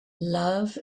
love